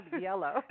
yellow